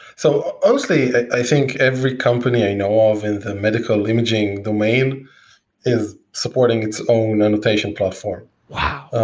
so honestly, i think every company i know of in the medical imaging domain is supporting its own annotation platform wow,